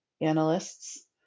analysts